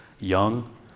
young